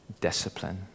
discipline